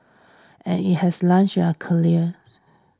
and it has launched their careers